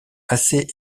assez